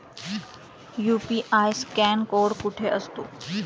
UPI scan code कुठे असतो?